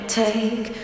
take